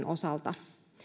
osalta